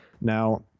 Now